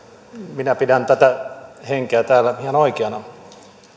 minä pidän tätä henkeä täällä ihan oikeana